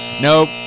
Nope